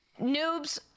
noobs